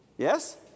Yes